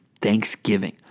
thanksgiving